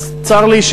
אז צר לי,